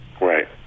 Right